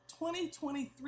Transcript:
2023